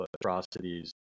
atrocities